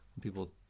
people